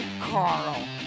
Carl